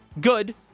good